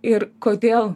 ir kodėl